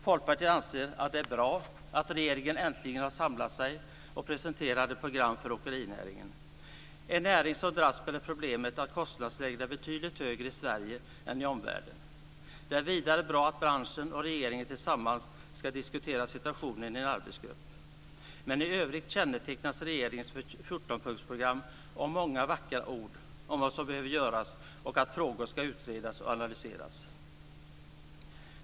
Folkpartiet anser att det är bra att regeringen äntligen har samlat sig och presenterar ett program för åkerinäringen - en näring som dras med problemet att kostnadsläget är betydligt högre i Sverige än i omvärlden. Vidare är det bra att branschen och regeringen tillsammans ska diskutera situationen i en arbetsgrupp. Men i övrigt kännetecknas regeringens 14 punktsprogram av många vackra ord om vad som behöver göras och av att frågor ska utredas och analyseras.